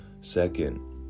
Second